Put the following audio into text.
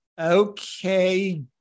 Okay